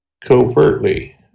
covertly